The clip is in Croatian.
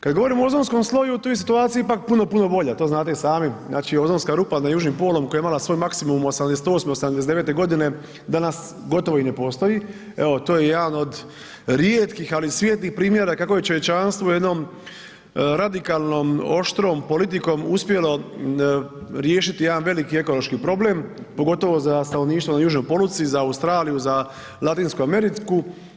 Kad govorimo o ozonskom sloju, tu je situacija ipak puno, puno bolja, to znate i sami, znači ozonska rupa na Južnom polu koja imala svoj maksimum '88., '89. g., danas gotovo i ne postoji, evo to je jedan od rijetkih, ali svijetlih primjera kako je čovječanstvo jednom radikalnom oštrom politikom uspjelo riješiti jedan veliki ekološki problem pogotovo za stanovništvo na južnoj polutci za Australiju, za Latinsku Ameriku.